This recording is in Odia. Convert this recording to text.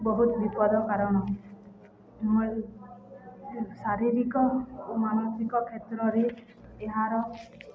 ବହୁତ ବିପଦ କାରଣ ଶାରୀରିକ ଓ ମାନସିକ କ୍ଷେତ୍ରରେ ଏହାର